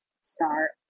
start